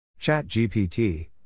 ChatGPT